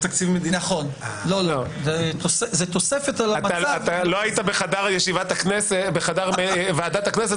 לא היית בחדר ועדת הכנסת.